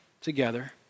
together